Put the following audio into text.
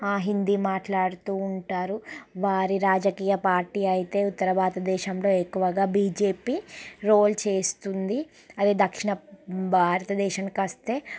ఆ హిందీ మాట్లాడుతూ ఉంటారు వారి రాజకీయ పార్టీ అయితే ఉత్తర భారతదేశంలో ఎక్కువగా బిజెపి రోల్ చేస్తుంది అది దక్షిణం భారతదేశానికి వస్తే